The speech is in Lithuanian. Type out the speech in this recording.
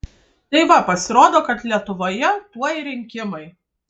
tai va pasirodo kad lietuvoje tuoj rinkimai